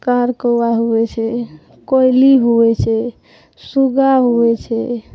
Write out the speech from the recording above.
car कौआ होइ छै कोयली होइ छै सूगा होइ छै